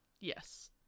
yes